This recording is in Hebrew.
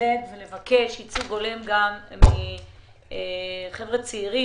לעודד ולבקש ייצוג הולם של חבר'ה צעירים